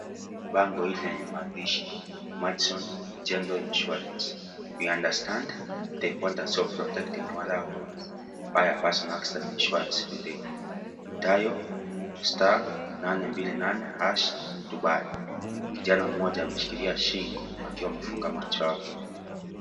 Bango hili lenye maandishi " Madison General Insurance. We understand the importance of protecting your loved ones. Buy a personal accident insurance today. Dial star nane mbili nane hash to buy ". Kijana mmoja ameshikilia shingo akiwa amefunga macho yake.